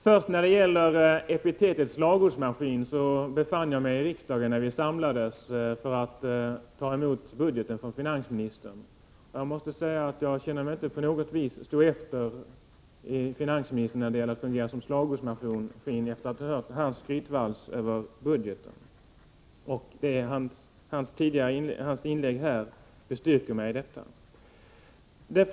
Herr talman! Jag befann mig i riksdagen när vi samlades för att ta emot budgeten från finansministern. Efter att ha hört hans skrytvals över den känner jag mig inte på något sätt stå före finansministern när det gäller att fungera som slagordsmaskin. Hans inlägg här bestyrker mig i den känslan.